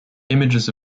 images